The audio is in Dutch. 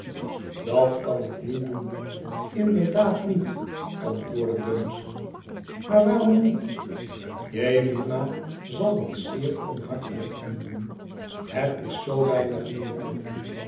dat kan ik niet doen inderdaad niet antwoordde dumps maar waarom niet jemima zal het zeer onhartelijk vinden het is zoo weinig moeite